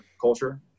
culture